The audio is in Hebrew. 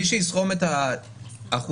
מי שיסכום את האחוזים,